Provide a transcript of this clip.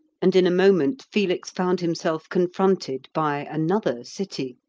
and in a moment felix found himself confronted by another city.